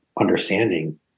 understanding